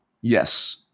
yes